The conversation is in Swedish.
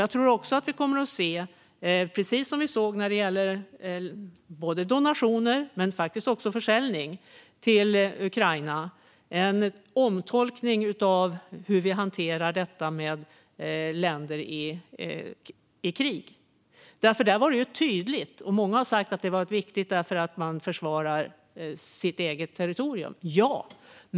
Jag tror också att vi kommer att se, precis som vi gjorde när det gällde både donationer och försäljning till Ukraina, en omtolkning av hur vi hanterar detta med länder i krig. Där var det tydligt att det handlade om, vilket många sa var viktigt, att man försvarade sitt eget territorium - ja.